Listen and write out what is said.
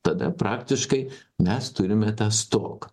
tada praktiškai mes turime tą stoką